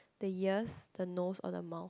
the ears the nose or the mouth